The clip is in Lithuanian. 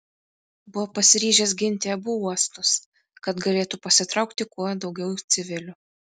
buvo pasiryžęs ginti abu uostus kad galėtų pasitraukti kuo daugiau civilių